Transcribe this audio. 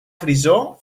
frisó